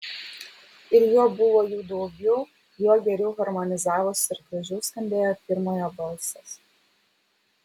ir juo buvo jų daugiau juo geriau harmonizavosi ir gražiau skambėjo pirmojo balsas